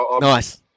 Nice